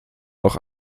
noch